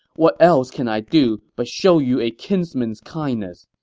what else can i do but show you a kinsman's kindness?